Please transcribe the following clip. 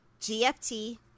GFT